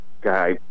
guy